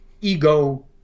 ego